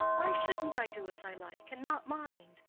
why shouldn't i do as i like, and not mind?